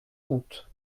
route